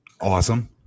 awesome